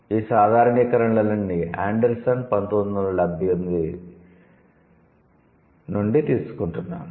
ఈ సాధారణీకరణలన్నీ ఆండెర్సన్ 1978 నుండి తీసుకుంటున్నాను